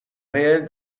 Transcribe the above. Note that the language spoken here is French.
réel